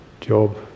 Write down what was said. job